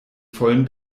vollen